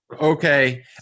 okay